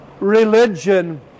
religion